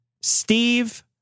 Steve